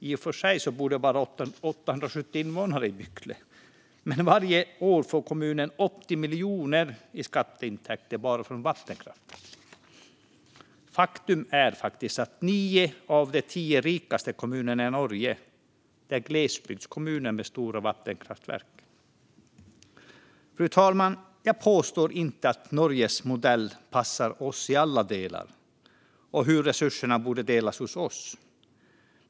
I och för sig bor det bara 870 invånare i Bykle, men varje år får kommunen 80 miljoner i skatteintäkter bara från vattenkraften. Faktum är att 9 av de 10 rikaste kommunerna i Norge är glesbygdskommuner med stora vattenkraftverk. Fru talman! Jag säger inte att Norges modell passar oss i alla delar och hur resurserna borde delas hos oss.